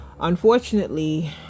unfortunately